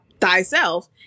thyself